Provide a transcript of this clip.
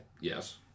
Yes